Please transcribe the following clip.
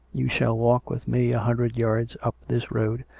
you shall walk with me a hundred yards up this road,